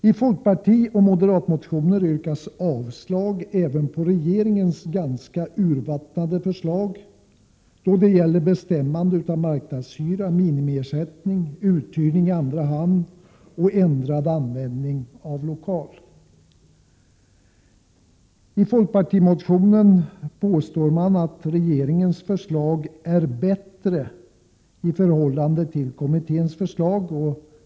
I folkparti-moderatmotionen yrkas avslag även på regeringens ganska urvattnade förslag då det gäller bestämmandet av marknadshyra, minimiersättning, uthyrning i andra hand och ändrad användning av lokal. I folkpartimotionen påstås att regeringens förslag är bättre i förhållande till kommitténs förslag.